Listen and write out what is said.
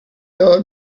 old